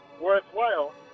worthwhile